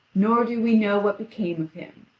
nor do we know what became of him.